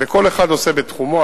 וכל אחד עושה בתחומו,